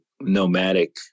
nomadic